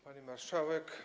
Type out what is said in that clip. Pani Marszałek!